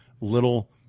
little